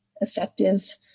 effective